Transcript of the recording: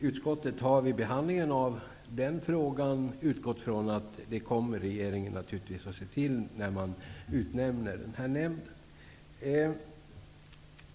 Utskottet har vid behandlingen av den frågan utgått ifrån att detta kommer regeringen naturligtvis att se till när den tillsätter nämnden.